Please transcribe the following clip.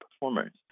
performers